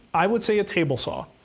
i would say a table saw.